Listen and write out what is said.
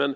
Men